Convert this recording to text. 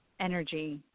energy